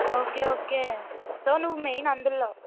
okay okay so ను main అందుల్లో